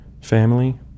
family